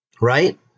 right